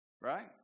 Right